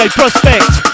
prospect